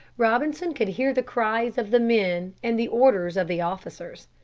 robinson could hear the cries of the men and the orders of the officers.